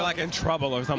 like in trouble or um